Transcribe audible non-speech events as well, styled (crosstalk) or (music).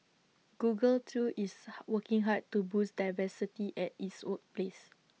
Google too is (noise) working hard to boost diversity at its workplace